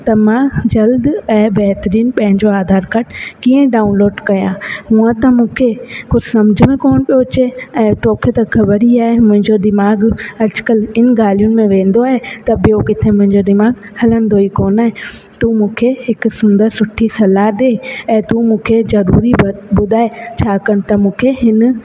त मां जल्द ऐं बहतरीनु पंहिंजो आधार काड कीअं डाउनलोड कयां हूअं त मूंखे कुझु सम्झ में कोन पियो अचे ऐं तोखे त ख़बर ई आहे मुंहिंजो दिमाग़ु अॼुकल्ह इन ॻाल्हियुनि में वेंदो आहे त ॿियो किथे मुंहिंजो दिमाग़ु हलंदो ई कोन आहे तूं मूंखे हिकु सुंदरु सुठी सलाह ॾिए ऐं तूं मूंखे जब बि ॿुधाए छाकाणि त मूंखे हिन